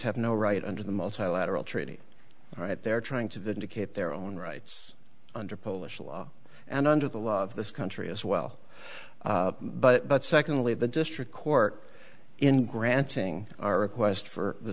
have no right under the multilateral treaty right they're trying to vindicate their own rights under polish law and under the law of this country as well but secondly the district court in granting our request for the